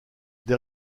des